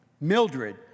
Mildred